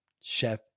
chef